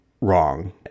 wrong